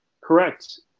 Correct